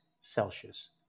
Celsius